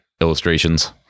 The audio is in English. illustrations